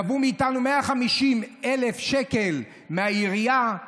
גבו מאיתנו 150,000 שקל מהעירייה.